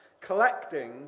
Collecting